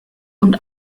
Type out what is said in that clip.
und